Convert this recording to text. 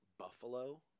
Buffalo